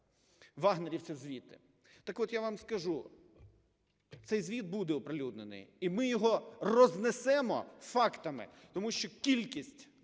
"вагнерівців" звідти? Так от я вам скажу, цей звіт буде оприлюднений, і ми його рознесемо фактами. Тому що кількість